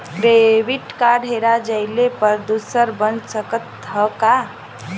Debit card हेरा जइले पर दूसर बन सकत ह का?